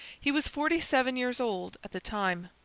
he was forty-seven years old at the time.